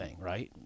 right